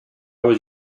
was